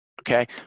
Okay